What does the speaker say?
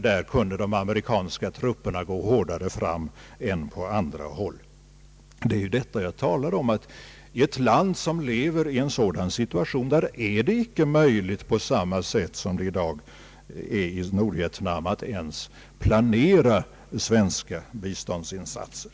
Där kunde de amerikanska trupperna gå hårdare fram än på andra håll. Det är detta jag talar om, att i ett land som lever i en sådan situation är det icke möjligt att på samma sätt som i Nordvietnam ens planera svenska biståndsinsatser.